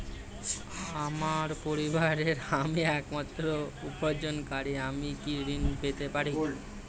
আমার পরিবারের আমি একমাত্র উপার্জনকারী আমি কি ঋণ পেতে পারি?